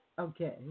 Okay